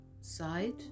side